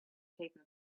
taken